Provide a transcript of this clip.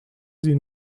sie